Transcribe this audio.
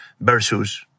versus